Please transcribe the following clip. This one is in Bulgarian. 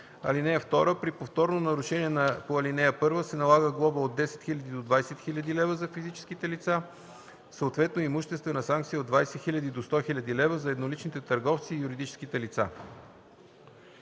лица. (2) При повторно нарушение по ал. 1 се налага глоба от 10 000 до 20 000 лв. – за физическите лица, съответно имуществена санкция от 20 000 до 100 000 лв. – за едноличните търговци и юридическите лица.”